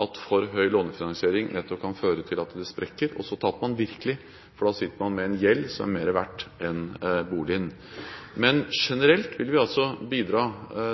at for høy lånefinansiering nettopp kan føre til at det sprekker, og så taper man virkelig, for da sitter man med en gjeld som er høyere enn det boligen er verdt. Men generelt vil vi altså bidra